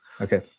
okay